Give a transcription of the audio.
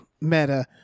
meta